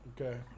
Okay